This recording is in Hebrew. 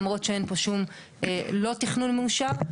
למרות שאין פה שום לא תכנון מאושר,